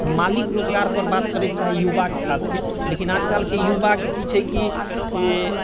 मालिक रोजगारपर बात करै के चाही युवाके खासकऽ लेकिन आजकलके युवाके कि छै कि ए